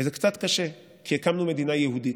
זה קצת קשה, כי הקמנו מדינה יהודית,